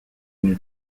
new